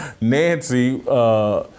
Nancy